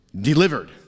Delivered